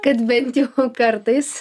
kad bent jau kartais